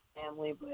family